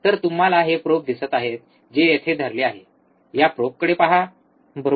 तर तुम्हाला हे प्रोब दिसत आहे जे येथे धरले आहे ह्या प्रोबकडे पहा बरोबर